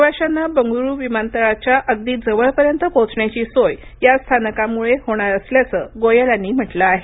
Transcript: प्रवाशांना बंगळुरू विमानतळाच्या अगदी जवळपर्यंत पोहोचण्याची सोय या स्थानकामुळे होणार असल्याचं गोयल यांनी म्हटलं आहे